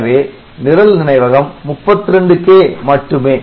எனவே நிரல் நினைவகம் 32K மட்டுமே